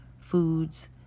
foods